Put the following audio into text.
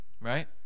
right